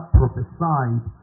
prophesied